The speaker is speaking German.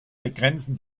begrenzen